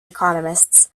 economists